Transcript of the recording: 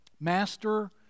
master